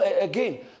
Again